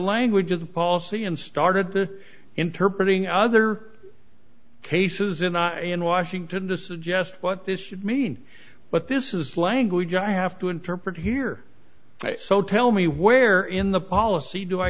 language of the policy and started to interpret ing other cases and in washington to suggest what this should mean but this is language i have to interpret here so tell me where in the policy do i